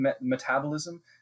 metabolism